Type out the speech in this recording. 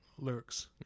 lyrics